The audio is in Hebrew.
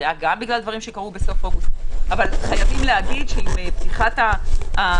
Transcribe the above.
זה היה גם בגלל דברים שקרו בסוף אוגוסט אבל יש להגיד שעם פתיחת המסגרות,